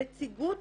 נציגות